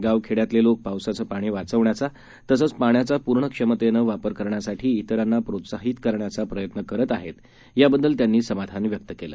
गाव खेड्यातले लोक पावसाचं पाणी वाचवण्याचा तसंच पाण्याचा पूर्ण क्षमतेनं वापर करण्यासाठी इतरांना प्रोत्साहित करण्याचा प्रयत्न करत आहेत याबद्दल त्यांनी समाधान व्यक्त केलं